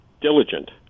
diligent